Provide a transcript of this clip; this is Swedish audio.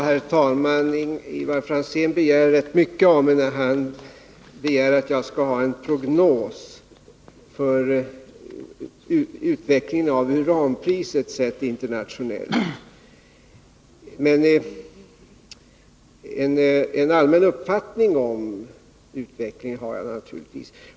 Herr talman! Ivar Franzén begär ganska mycket av mig, när han vill att jag skall ha en prognos för utvecklingen av uranpriset internationellt sett. Men en allmän uppfattning om utvecklingen har jag naturligtvis.